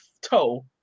toe